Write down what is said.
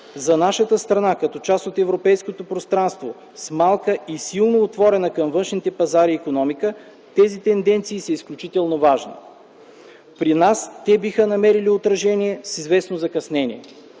За нашата страна като част от Европейското пространство с малка и силно отворена към външните пазари икономика тези тенденции са изключително важни. При нас те биха намерили отражение с известно закъснение.